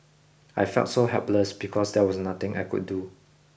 I felt so helpless because there was nothing I could do